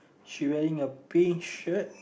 she wearing a pink shirt